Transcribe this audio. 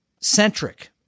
centric